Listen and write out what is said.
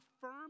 firm